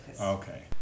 Okay